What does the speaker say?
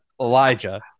Elijah